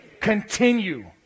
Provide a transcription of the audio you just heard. Continue